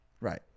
Right